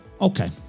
Okay